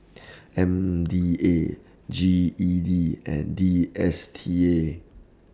M D A G E D and D S T A